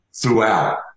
throughout